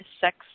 sex